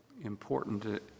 important